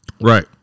Right